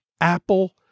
Apple